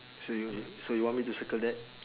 so you you so you want me to circle that